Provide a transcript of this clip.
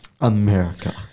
America